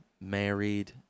married